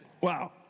Wow